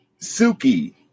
suki